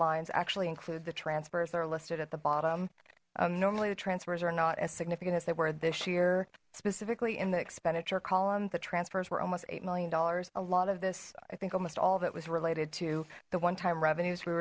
lines actually include the transfers that are listed at the bottom normally the transfers are not as significant as they were this year specifically in the expenditure column the transfers were almost eight million dollars a lot of this i think almost all that was related to the one time revenues we